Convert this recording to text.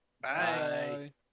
bye